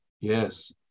Yes